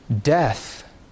Death